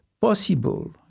possible